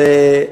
אבל,